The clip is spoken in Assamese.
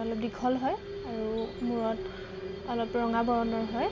অলপ দীঘল হয় আৰু মূৰত অলপ ৰঙা বৰণৰ হয়